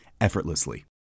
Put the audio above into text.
effortlessly